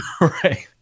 right